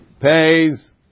Pays